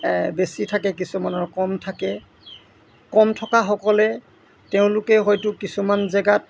বেছি থাকে কিছুমানৰ কম থাকে কম থকাসকলে তেওঁলোকে হয়টো কিছুমান জেগাত